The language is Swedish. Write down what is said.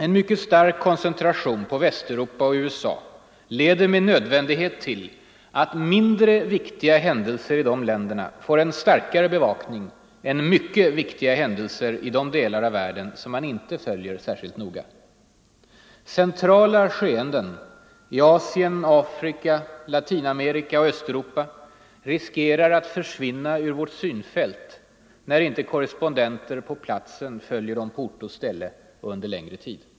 En mycket stark koncentration på Västeuropa och USA leder med nödvändighet till att mindre viktiga händelser i de länderna får en starkare bevakning än mycket viktiga händelser i de delar av världen som man inte följer särskilt noga. Centrala skeenden i Asien, Afrika, Latinamerika och Östeuropa riskerar att försvinna ur vårt synfält, när inte korrespondenter på platsen följer dem på ort och ställe och under längre tid.